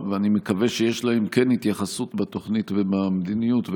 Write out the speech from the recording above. אני מקווה שיש להם כן התייחסות בתוכנית ובמדיניות.